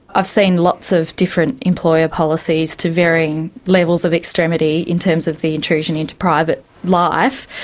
i've seen lots of different employer policies to varying levels of extremity in terms of the intrusion into private life,